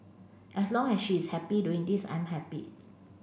as long as she is happy doing this I'm happy